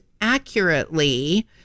accurately